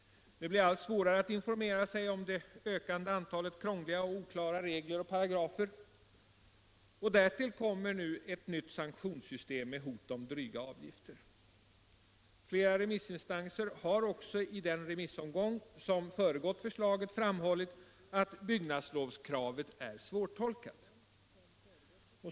Det blir allt svårare att informera sig om det ökande antalet krångliga och oklara regler och paragrafer. Och därtill kommer nu ett nytt sanktionssystem med hot om dryga avgifter. Flera remissinstanser har också i den remissomgång som föregåu förslaget framhållit att byggnadslovskravet är svårtolkat.